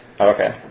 Okay